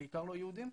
בעיקר לא יהודיים,